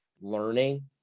learning